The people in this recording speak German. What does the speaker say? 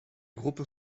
gruppe